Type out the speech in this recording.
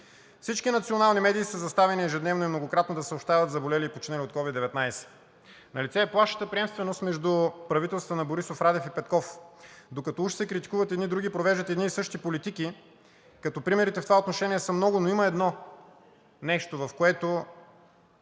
Всички национални медии са заставени ежедневно и многократно да съобщават за заболели и починали от COVID-19. Налице е плашеща приемственост между правителствата на Борисов, Радев и Петков. Докато уж се критикуват едни други, провеждат едни и същи политики. Примерите в това отношение са много. Но има едно нещо, в което